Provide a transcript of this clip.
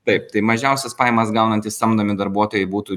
taip tai mažiausias pajamas gaunantys samdomi darbuotojai būtų